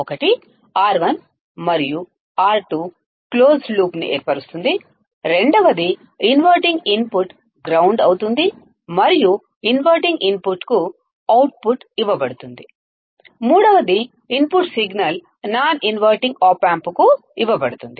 ఒకటి R1 మరియు R2 closed లూప్ను ఏర్పరుస్తుంది రెండవది ఇన్వర్టింగ్ ఇన్పుట్ గ్రౌండ్ అవుతుంది మరియు ఇన్వర్టింగ్ ఇన్పుట్కు అవుట్పుట్ ఇవ్వబడుతుంది మూడవది input signal non inverting op amp కుఇవ్వబడుతుంది